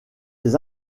des